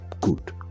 good